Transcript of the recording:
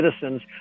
citizens